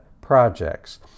projects